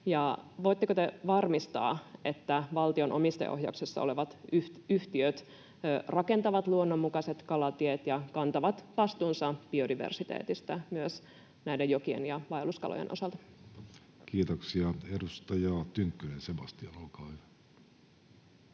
voitteko te varmistaa, että valtion omistajaohjauksessa olevat yhtiöt rakentavat luonnonmukaiset kalatiet ja kantavat vastuunsa biodiversiteetistä myös näiden jokien ja vaelluskalojen osalta? [Speech 356] Speaker: Jussi Halla-aho